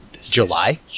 July